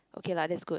okay lah that's good